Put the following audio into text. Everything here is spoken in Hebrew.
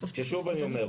ששוב אני אומר,